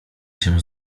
się